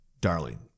darling